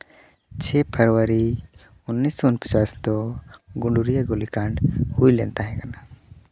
ᱪᱷᱮᱭ February ᱩᱱᱤᱥᱥᱚ ᱯᱚᱪᱪᱟᱥ ᱫᱚ ᱜᱩᱰᱩᱨᱤᱭᱟᱹ ᱜᱩᱞᱤᱠᱟᱱᱰ ᱦᱩᱭᱞᱮᱱ ᱛᱟᱦᱮᱸ ᱠᱟᱱᱟ